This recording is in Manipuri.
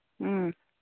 ꯎꯝ